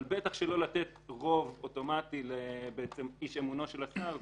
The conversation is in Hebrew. אבל בטח שלא לתת רוב אוטומטי לאיש אמונו של השר,